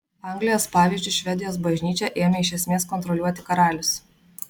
anglijos pavyzdžiu švedijos bažnyčią ėmė iš esmės kontroliuoti karalius